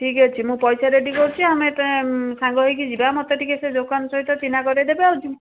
ଠିକ୍ ଅଛି ମୁଁ ପଇସା ରେଡ଼ି କରୁଛି ଆମେ ସାଙ୍ଗ ହେଇକି ଯିବା ମତେ ଟିକେ ସେ ଦୋକାନ ସହିତ ଚିହ୍ନା କରେ ଦେବେ